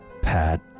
Pat